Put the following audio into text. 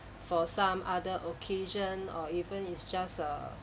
for some other occasion or even it's just err